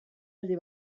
alde